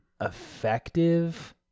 effective